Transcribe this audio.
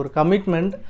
commitment